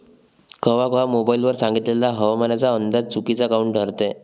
कवा कवा मोबाईल वर सांगितलेला हवामानाचा अंदाज चुकीचा काऊन ठरते?